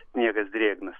sniegas drėgnas